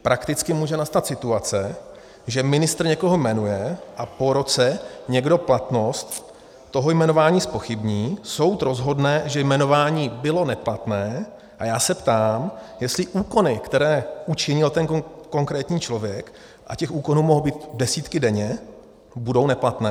Prakticky může nastat situace, že ministr někoho jmenuje a po roce někdo platnost toho jmenování zpochybní, soud rozhodne, že jmenování bylo neplatné, a já se ptám, jestli úkony, které učinil ten konkrétní člověk, a těch úkonů mohou být desítky denně, budou neplatné.